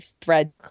thread